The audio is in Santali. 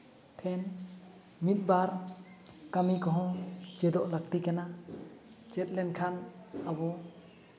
ᱴᱷᱮᱱ ᱢᱤᱫ ᱵᱟᱨ ᱠᱟᱹᱢᱤ ᱠᱚᱦᱚᱸ ᱪᱮᱫᱚᱜ ᱞᱟᱹᱠᱛᱤ ᱠᱟᱱᱟ ᱪᱮᱫ ᱞᱮᱱᱠᱷᱟᱱ ᱟᱵᱚ